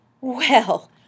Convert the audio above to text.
Well